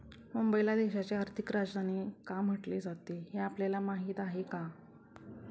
मुंबईला देशाची आर्थिक राजधानी का म्हटले जाते, हे आपल्याला माहीत आहे का?